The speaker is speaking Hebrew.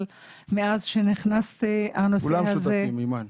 כולם שותפים, אימאן.